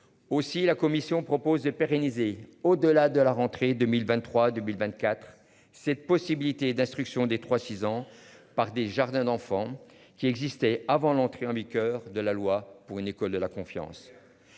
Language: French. Aussi la commission propose de pérenniser au-delà de la rentrée 2023 2024. Cette possibilité d'instruction des 3 6 ans par des jardins d'enfants qui existait avant l'entrée en vigueur de la loi pour une école de la confiance.